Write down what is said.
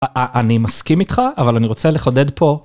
אני מסכים איתך אבל אני רוצה לחודד פה.